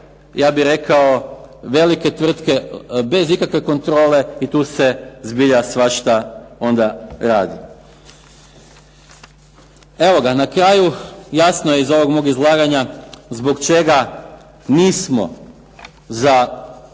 ja bi rekao, velike tvrtke bez ikakve kontrole i tu se zbilja svašta onda radi. Evo ga, na kraju jasno je iz ovog mog izlaganja zbog čega nismo za